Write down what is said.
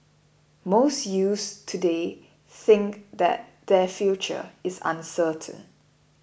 most youth today think that their future is uncertain